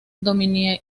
dominación